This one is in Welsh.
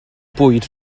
bwyd